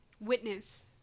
witness